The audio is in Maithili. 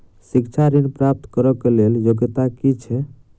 शिक्षा ऋण प्राप्त करऽ कऽ लेल योग्यता की छई?